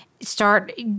Start